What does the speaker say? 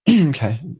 Okay